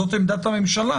זאת עמדת הממשלה